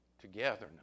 togetherness